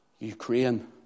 Ukraine